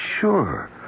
sure